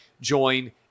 join